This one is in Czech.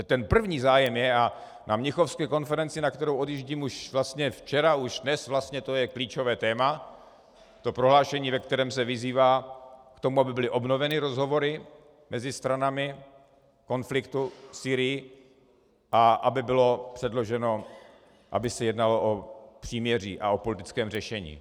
Takže ten první zájem je, a na mnichovské konferenci, na kterou odjíždím už vlastně včera, už dnes, vlastně to klíčové téma, to prohlášení, ve kterém se vyzývá k tomu, aby byly obnoveny rozhovory mezi stranami konfliktu v Sýrii a aby bylo předloženo, se jednalo o příměří a politickém řešení.